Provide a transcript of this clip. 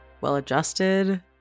Well-adjusted